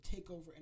takeover